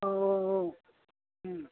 औ औ औ